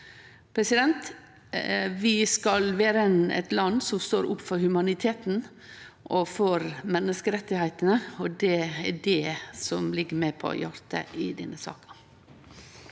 konflikten. Vi skal vere eit land som står opp for humaniteten og for menneskerettane, og det er det som ligg meg på hjartet i denne saka.